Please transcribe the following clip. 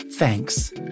thanks